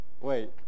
wait